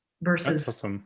versus